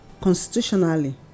constitutionally